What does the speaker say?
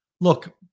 Look